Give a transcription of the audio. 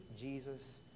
Jesus